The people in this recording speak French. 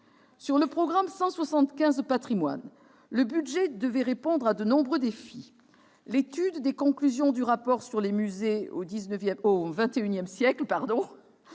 Sur le programme 175 « Patrimoines », le budget devait répondre à de nombreux défis : l'étude des conclusions du rapport sur les musées au XXI siècle, le